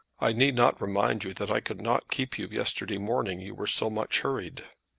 i need not remind you that i could not keep you yesterday morning you were so much hurried.